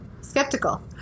Skeptical